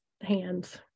hands